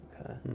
Okay